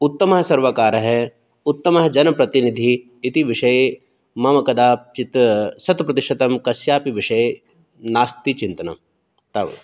उत्तमः सर्वकारः उत्तमः जनप्रतिनिधिः इति विषये मम कदाचित् शतप्रतिशतं कस्यापि विषये नास्ति चिन्तनं तावत्